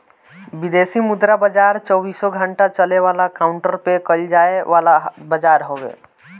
विदेशी मुद्रा बाजार चौबीसो घंटा चले वाला काउंटर पे कईल जाए वाला बाजार हवे